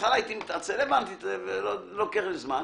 בהתחלה הייתי מתעצל, היה לוקח לי זמן,